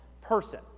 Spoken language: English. person